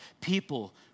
people